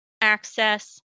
access